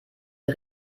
die